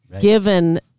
given